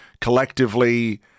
collectively